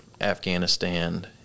Afghanistan